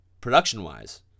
production-wise